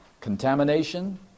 Contamination